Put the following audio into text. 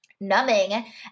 numbing